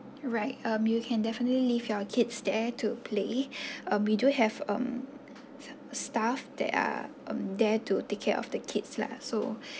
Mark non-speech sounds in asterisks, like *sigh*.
right um you can definitely leave your kids there to play *breath* um we do have um staff that are mm there to take care of the kids lah so